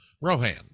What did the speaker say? rohan